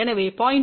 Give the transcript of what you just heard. எனவே 0